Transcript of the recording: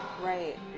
Right